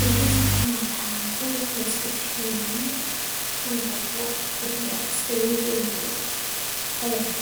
Irô zen̈y malaza koa rô resaka filaminan̈a taôn̈o vôvô, fety maresaka zen̈y zio amin-drô an̈y karà zen̈y.